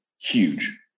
huge